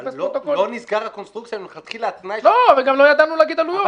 גם לא ידענו להגיד עלויות.